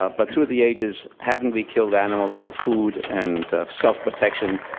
ah but through the ages, haven't we killed animals for food and self-protection?